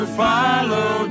follow